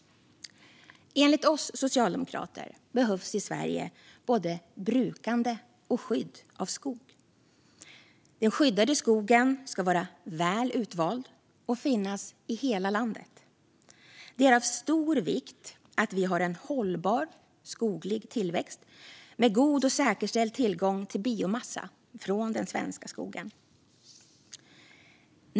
Enligt oss socialdemokrater behövs i Sverige både brukande och skydd av skog. Den skyddade skogen ska vara väl utvald och finnas i hela landet. Det är av stor vikt att vi har en hållbar skoglig tillväxt med god och säkerställd tillgång till biomassa från den svenska skogen.